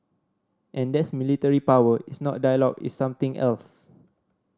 and that's military power it's not dialogue it's something else